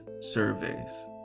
surveys